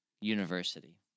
University